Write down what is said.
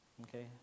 Okay